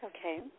Okay